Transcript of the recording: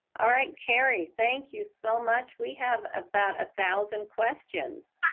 all right! carrie, thank you so much. we have about a thousand questions.